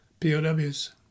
POWs